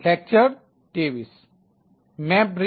કેમ છો